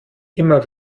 immer